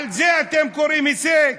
לזה אתם קוראים הישג?